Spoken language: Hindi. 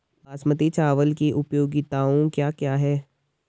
बासमती चावल की उपयोगिताओं क्या क्या हैं?